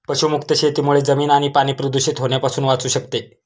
पशुमुक्त शेतीमुळे जमीन आणि पाणी प्रदूषित होण्यापासून वाचू शकते